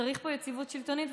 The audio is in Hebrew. שצריך פה יציבות שלטונית,